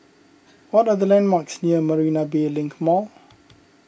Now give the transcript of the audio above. what are the landmarks near Marina Bay Link Mall